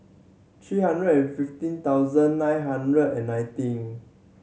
three hundred and fifteen thousand nine hundred and nineteen